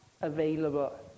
available